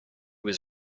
was